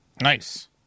Nice